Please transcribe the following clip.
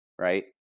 right